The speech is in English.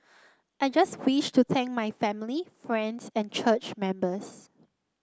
I just wish to thank my family friends and church members